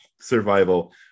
survival